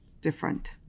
different